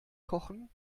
kochen